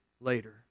later